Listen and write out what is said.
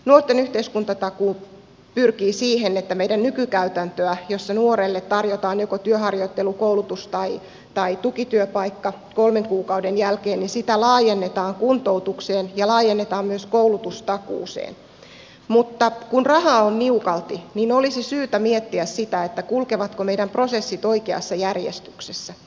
nuorten yhteiskuntatakuu pyrkii siihen että meidän nykykäytäntöämme jossa nuorelle tarjotaan joko työharjoittelu koulutus tai tukityöpaikka kolmen kuukauden jälkeen laajennetaan kuntoutukseen ja laajennetaan myös koulutustakuuseen mutta kun rahaa on niukalti olisi syytä miettiä sitä kulkevatko meidän prosessimme oikeassa järjestyksessä